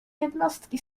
jednostki